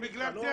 לא, לא לריב.